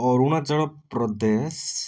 Arunachal Pradesh